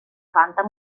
vanta